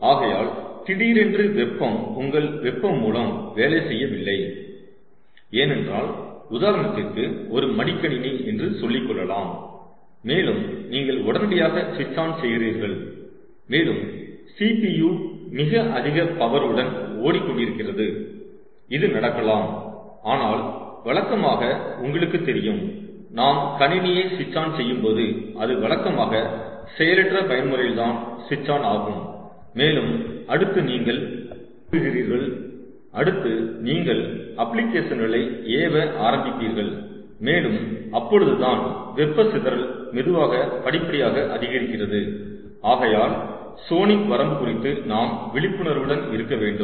ஆகையால் திடீரென்று வெப்பம் உங்கள் வெப்பம் மூலம் வேலை செய்யவில்லை என்றால் உதாரணத்திற்கு ஒரு மடிக்கணினி என்று சொல்லிக்கொள்ளலாம் மேலும் நீங்கள் உடனடியாக ஸ்விட்ச் ஆன் செய்கிறீர்கள் மேலும் CPU மிக அதிக பவர் உடன் ஓடிக்கொண்டிருக்கிறது இது நடக்கலாம் ஆனால் வழக்கமாக உங்களுக்கு தெரியும் நாம் கணினியை ஸ்விட்ச் ஆன் செய்யும்போது அது வழக்கமாக செயலற்ற பயன்முறையில் தான் ஸ்விட்ச் ஆன் ஆகும் மேலும் அடுத்து நீங்கள் துவங்குகிறீர்கள் அடுத்து நீங்கள் அப்ளிகேஷன்களை ஏவ ஆரம்பிப்பீர்கள் மேலும் அப்பொழுதுதான் வெப்ப சிதறல் மெதுவாக படிப்படியாக அதிகரிக்கிறது ஆனால் சோனிக் வரம்பு குறித்து நாம் விழிப்புணர்வுடன் இருக்க வேண்டும்